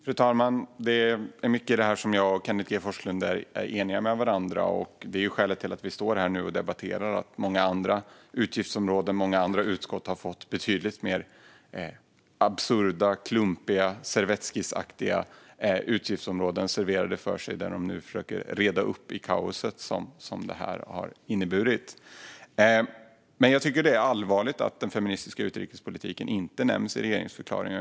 Fru talman! Det är mycket i det här som jag och Kenneth G Forslund är eniga om. Det är ju skälet till att vi står här nu och debatterar. Många andra utskott har fått betydligt mer absurda och klumpiga servettskissaktiga utgiftsområden serverade för sig, där de nu försöker reda upp i kaoset. Jag tycker dock att det är allvarligt att den feministiska utrikespolitiken inte nämns i regeringsförklaringen.